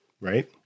Right